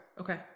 okay